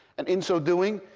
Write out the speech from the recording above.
and in so doing,